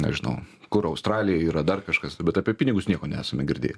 nežinau kur australija yra dar kažkas bet apie pinigus nieko nesame girdėję